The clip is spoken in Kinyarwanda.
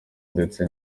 ndetse